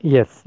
Yes